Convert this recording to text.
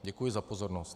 Děkuji za pozornost.